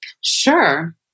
Sure